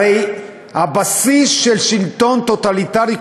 הרי הבסיס של שלטון טוטליטרי,